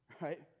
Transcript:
right